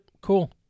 cool